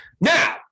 now